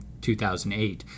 2008